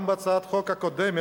גם את הצעת החוק הקודמת,